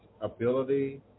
ability